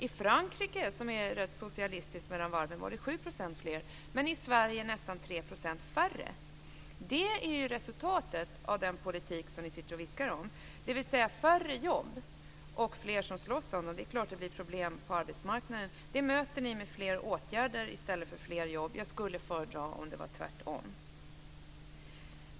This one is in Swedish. I Frankrike, som är rätt så socialistiskt mellan varven, var det 7 % fler. Men i Sverige var det nästan 3 % färre! Det är resultatet av den politik som ni sitter och viskar om här. Det blir alltså färre jobb och fler som slåss om dem. Då är det klart att det blir problem på arbetsmarknaden. Det möter ni med fler åtgärder i stället för fler jobb. Jag skulle föredra om det var tvärtom.